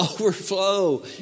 overflow